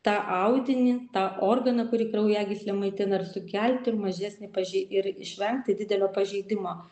tą audinį tą organą kurį kraujagyslė maitina ir sukelti mažesnį pažei ir išvengti didelio pažeidimo